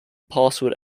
password